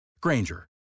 Granger